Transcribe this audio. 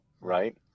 right